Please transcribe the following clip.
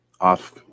off